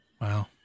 Wow